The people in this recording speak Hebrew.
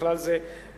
ובכלל זה העברת